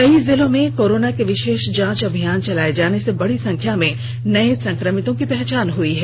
कई जिलों में कोरोना के विशेष जांच अभियान चलाए जाने से बड़ी संख्या में नए संक्रमितों की पहचान हुई है